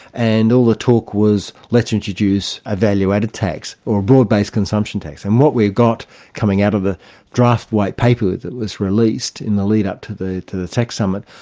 and all the talk was let's introduce a value added tax, or a broad-based consumption tax'. and what we got coming out of the draft white paper that was released in the lead-up to the to the tax summit,